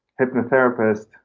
hypnotherapist